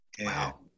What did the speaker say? Wow